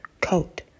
coat